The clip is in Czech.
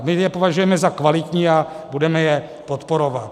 My je považujeme za kvalitní a budeme je podporovat.